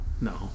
no